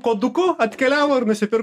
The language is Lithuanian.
koduku atkeliavo ir nusipir